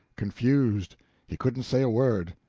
confused he couldn't say a word.